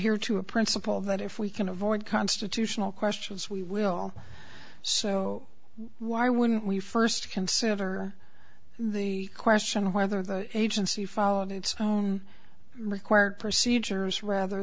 here to a principle that if we can avoid constitutional questions we will so why wouldn't we first consider the question of whether the agency followed its own required procedures rather